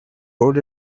hold